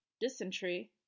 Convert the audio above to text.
dysentery